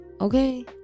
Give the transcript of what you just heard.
Okay